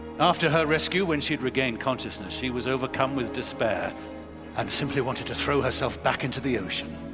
after her rescue when she had regained consciousness, she was overcome with despair and simply wanted to throw herself back into the ocean.